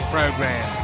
Program